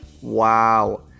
wow